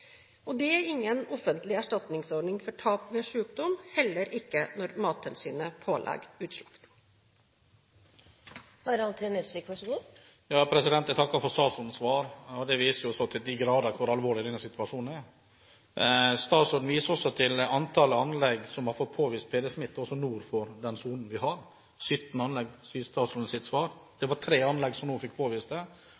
Det er ingen offentlig erstatningsordning for tap ved sykdom, heller ikke når Mattilsynet pålegger utslakting. Jeg takker for statsrådens svar. Det viser så til de grader hvor alvorlig denne situasjonen er. Statsråden viser også til antall anlegg som har fått påvist PD-smitte nord for PD-sonen – 17 anlegg, sier statsråden i sitt svar.